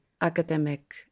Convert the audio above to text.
academic